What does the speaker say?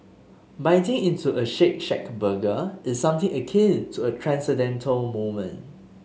biting into a Shake Shack burger is something akin to a transcendental moment